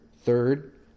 third